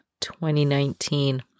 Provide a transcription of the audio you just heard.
2019